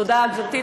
תודה, גברתי.